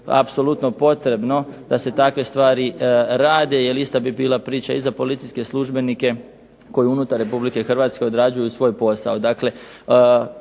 apsolutno potrebno da se takve stvari rade jer ista bi bila priča i za policijske službenike koji unutar RH odrađuju svoj posao.